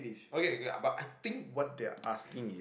okay okay but I think what they are asking